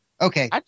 Okay